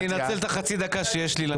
אני אנצל את חצי הדקה שיש לי.